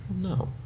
No